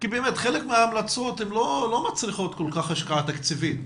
חלק מההמלצות לא מצריכות כל כך השקעה תקציבית.